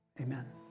amen